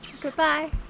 Goodbye